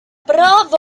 bravo